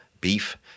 beef